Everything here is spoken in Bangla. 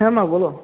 হ্যাঁ মা বলো